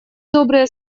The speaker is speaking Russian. добрые